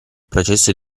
processo